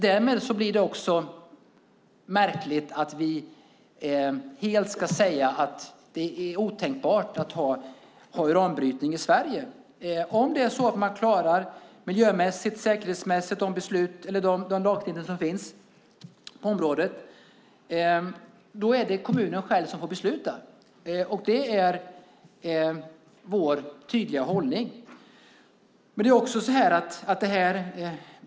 Därmed blir det också märkligt att vi ska säga att det är helt otänkbart att ha uranbrytning i Sverige. Om man miljö och säkerhetsmässigt klarar de krav som finns på området är det kommunen själv som får besluta. Det är vår tydliga hållning.